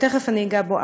ותכף אני אגע בו.